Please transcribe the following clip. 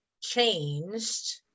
changed